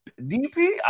dp